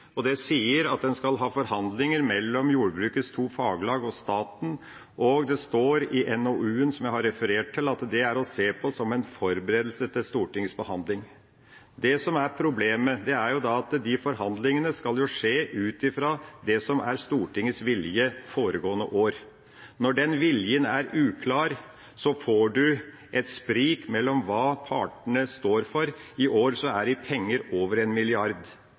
og det sier at en skal ha forhandlinger mellom jordbrukets to faglag og staten, og det står i NOU-en som jeg har referert til, at det er å se på som en forberedelse til Stortingets behandling. Det som er problemet, er at forhandlingene skal skje ut fra det som er Stortingets vilje foregående år. Når den viljen er uklar, får en et sprik mellom hva partene står for. I år er det penger på over 1 mrd. kr. Det burde være et tankekors for hele denne salen at vi fortsetter med en